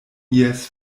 ies